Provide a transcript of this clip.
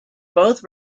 both